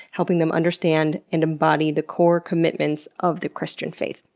helping them understand and embody the core commitments of the christian faith.